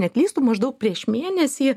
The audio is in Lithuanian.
neklystu maždaug prieš mėnesį